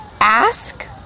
ask